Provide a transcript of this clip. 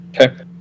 Okay